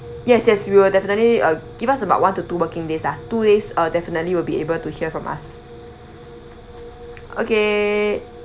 yes yes we will definitely uh give us about one to two working days ah two days uh definitely will be able to hear from us okay